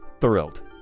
thrilled